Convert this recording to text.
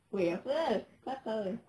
wei apa kelakar ke